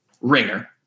ringer